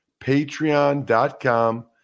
Patreon.com